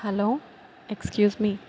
hello excuse me